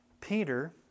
Peter